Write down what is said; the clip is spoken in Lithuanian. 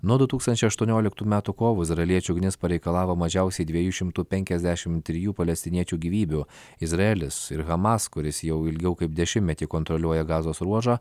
nuo du tūkstančiai aštuonioliktų metų kovo izraeliečių ugnis pareikalavo mažiausiai dviejų šimtų penkiasdešim trijų palestiniečių gyvybių izraelis ir hamas kuris jau ilgiau kaip dešimtmetį kontroliuoja gazos ruožą